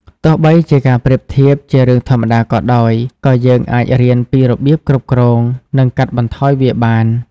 ទោះបីជាការប្រៀបធៀបជារឿងធម្មតាក៏ដោយ ក៏យើងអាចរៀនពីរបៀបគ្រប់គ្រង និងកាត់បន្ថយវាបាន។